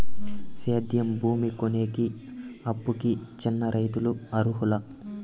సేద్యం భూమి కొనేకి, అప్పుకి చిన్న రైతులు అర్హులా?